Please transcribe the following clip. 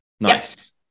nice